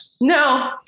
no